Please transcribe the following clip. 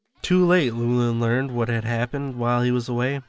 too late, llewelyn learned what had happened while he was away.